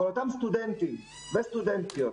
אבל אותם סטודנטים וסטודנטיות,